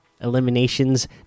eliminations